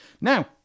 Now